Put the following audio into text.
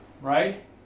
right